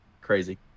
crazy